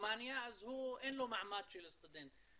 ורומניה אין לו מעמד של סטודנט.